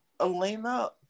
Elena